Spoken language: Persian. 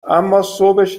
اماصبش